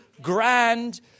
grand